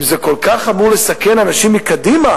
אם זה כל כך חמור לסכן אנשים מקדימה,